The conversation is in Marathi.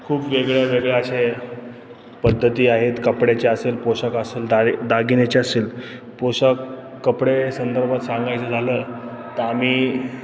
खूप वेगळ्या वेगळ्या असे पद्धती आहेत कपड्याचे असेल पोशाख असेल दार दागिनेचे असेल पोशाख कपडे संदर्भात सांगायचं झालं तर आम्ही